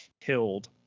killed